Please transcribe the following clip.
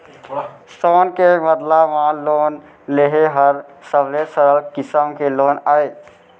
सोन के बदला म लोन लेहे हर सबले सरल किसम के लोन अय